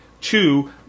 two